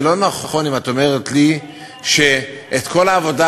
וזה לא נכון אם את אומרת לי שאת כל העבודה